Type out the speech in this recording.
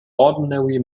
ordinary